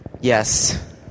Yes